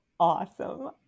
Awesome